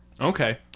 Okay